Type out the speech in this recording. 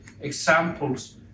examples